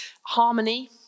Harmony